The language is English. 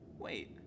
Wait